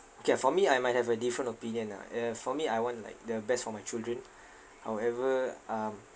K for me I might have a different opinion ah uh for me I want like the best for my children however um